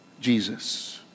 Jesus